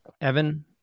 Evan